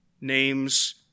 Names